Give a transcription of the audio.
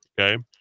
Okay